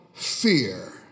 Fear